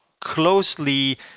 closely